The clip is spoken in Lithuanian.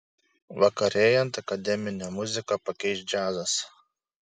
vakarėjant akademinę muziką pakeis džiazas